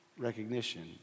Recognition